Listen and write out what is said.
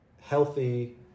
healthy